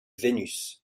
vénus